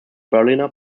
berliner